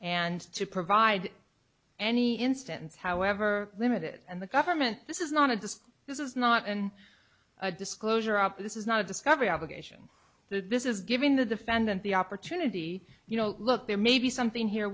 and to provide any instance however limited and the government this is not a disc this is not in a disclosure up this is not a discovery obligation this is given the defendant the opportunity you know look there may be something here